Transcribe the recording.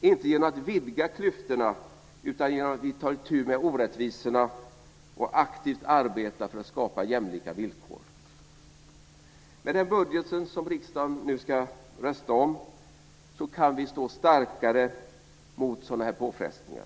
Vi gör det inte genom att vidga klyftorna utan genom att ta itu med orättvisorna och aktivt arbeta för att skapa jämlika villkor. Med den budget som riksdagen nu ska rösta om kan vi stå starkare mot sådana här påfrestningar.